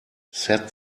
set